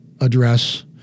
address